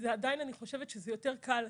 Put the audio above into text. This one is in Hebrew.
ועדיין אני חושבת שזה יותר קל,